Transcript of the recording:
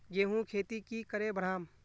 गेंहू खेती की करे बढ़ाम?